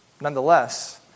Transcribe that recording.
Nonetheless